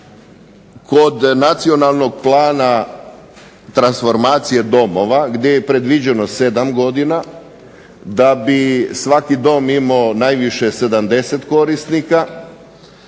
kod nacionalnog plana transformacije domova gdje je predviđeno 7 godina da bi svaki dom imao najviše 70 korisnika,